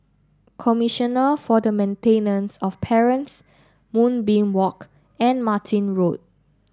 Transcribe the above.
Commissioner for the Maintenance of Parents Moonbeam Walk and Martin Road